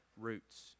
roots